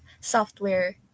software